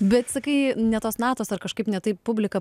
bet sakai ne tos natos ar kažkaip ne taip publika